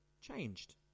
changed